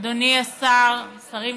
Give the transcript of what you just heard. דודי אמסלם.